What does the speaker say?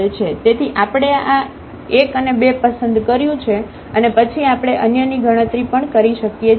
તેથી આપણે આ 1 અને 2 પસંદ કર્યું છે અને પછી આપણે અન્યની ગણતરી કરી શકીએ છીએ